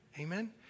Amen